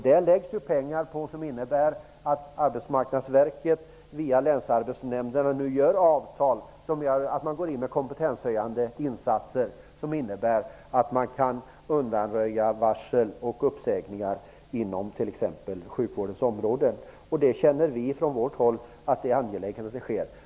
Där satsas pengar, vilket innebär att Arbetsmarknadsverket via länsarbetsnämnderna träffar avtal om kompetenshöjande insatser, som medför att man kan undanröja varsel och uppsägningar inom sjukvården. Vi tycker att det är angeläget att så sker.